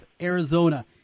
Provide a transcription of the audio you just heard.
Arizona